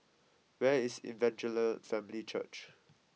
where is Evangel Family Church